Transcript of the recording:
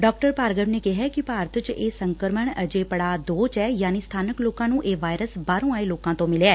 ਡਾ ਭਾਰਗਵ ਨੇ ਕਿਹੈ ਕਿ ਭਾਰਤ ਚ ਇਹ ਸੰਕਰਮਣ ਅਜੇ ਪੜਾਅ ਦੋ ਚੋਂ ਐ ਯਾਨੀ ਸਬਾਨਕ ਲੋਕਾਂ ਨੂੰ ਇਹ ਵਾਇਰਸ ਬਾਹਰੋ ਆਏ ਲੋਕਾਂ ਤੋਂ ਮਿਲਿਐ